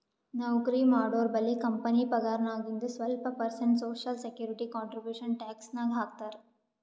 ನೌಕರಿ ಮಾಡೋರ್ಬಲ್ಲಿ ಕಂಪನಿ ಪಗಾರ್ನಾಗಿಂದು ಸ್ವಲ್ಪ percent social security contribution tax ನಾಗ್ ಹಾಕ್ತಾರ್